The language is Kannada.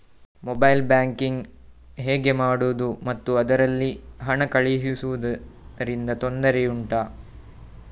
ಮೊಬೈಲ್ ಬ್ಯಾಂಕಿಂಗ್ ಹೇಗೆ ಮಾಡುವುದು ಮತ್ತು ಅದರಲ್ಲಿ ಹಣ ಕಳುಹಿಸೂದರಿಂದ ತೊಂದರೆ ಉಂಟಾ